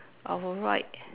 our right